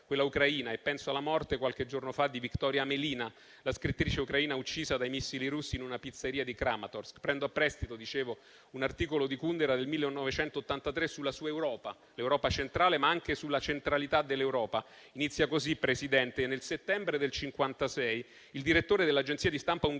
quella Ucraina. Penso alla morte, qualche giorno fa, di Victoria Amelina, la scrittrice ucraina uccisa dai missili russi in una pizzeria di Kramatorsk. Prendo a prestito un articolo di Kundera del 1983 sulla sua Europa, l'Europa centrale, ma anche sulla centralità dell'Europa. Inizia così, signor Presidente: «Nel settembre del '56, il direttore dell'agenzia di stampa ungherese,